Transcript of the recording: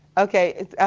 okay, yeah